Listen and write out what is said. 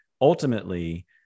ultimately